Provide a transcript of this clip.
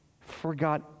forgot